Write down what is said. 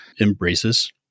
embraces